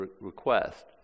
request